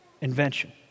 invention